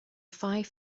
five